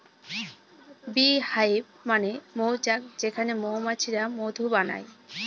bee hive মানে মৌচাক যেখানে মৌমাছিরা মধু বানায়